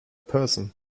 person